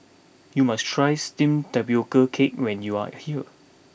you must try Steamed Tapioca Cake when you are here